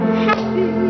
happy